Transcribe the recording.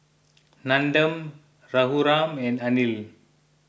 Nandan Raghuram and Anil